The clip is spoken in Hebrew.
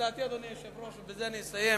הצעתי, אדוני היושב-ראש, ובזה אני אסיים,